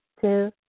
two